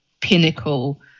pinnacle